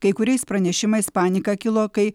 kai kuriais pranešimais panika kilo kai